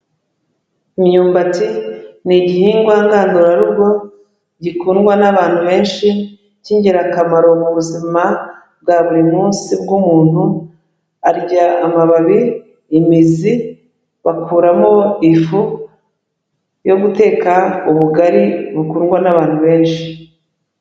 Imyumbati ni igihingwa ngandurarugo, gikundwa n'abantu benshi, cy'ingirakamaro mu buzima bwa buri munsi bw'umuntu, arya amababi, imizi bakuramo ifu, yo guteka ubugari bukundwa n'abantu benshi.